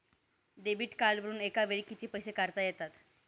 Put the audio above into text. Debit कार्डवरुन एका वेळी किती पैसे काढता येतात?